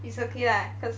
it's okay lah cause